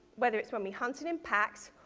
whether it's when we hunted in packs,